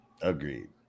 agreed